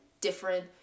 different